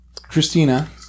Christina